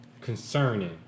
concerning